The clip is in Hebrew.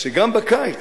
שגם בקיץ,